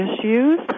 issues